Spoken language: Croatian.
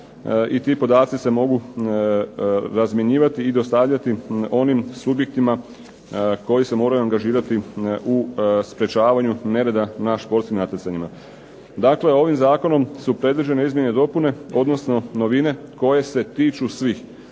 i ti podaci se mogu razmjenjivati i dostavljati onim subjektima koji se moraju angažirati u sprečavanju nereda na športskim natjecanjima. Dakle, ovim zakonom su predviđene izmjene i dopune odnosno novine koje se tiču svih.